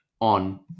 on